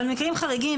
אבל מקרים חריגים,